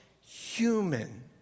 human